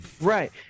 Right